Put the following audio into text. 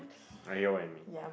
I get what you mean